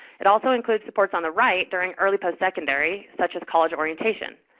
it also includes supports on the right during early postsecondary, such as college orientation,